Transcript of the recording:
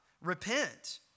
Repent